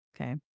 okay